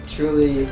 Truly